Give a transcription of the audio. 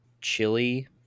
chili